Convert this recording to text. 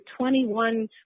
21